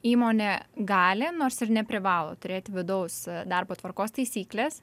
įmonė gali nors ir neprivalo turėti vidaus darbo tvarkos taisykles